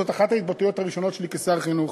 זאת אחת ההתבטאויות הראשונות שלי כשר החינוך,